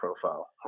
profile